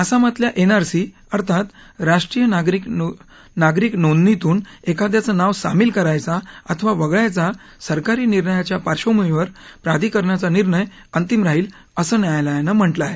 आसामातल्या NRC अर्थात राष्ट्रीय नागरिक नोंदणीतन एखाद्याचं नाव सामिल करायच्या अथवा वगळायच्या सरकारी निर्णयाच्या पार्श्वभूमीवर प्राधिकरणाचा निर्णय अंतिम राहील असं न्यायालयानं म्हटलं आहे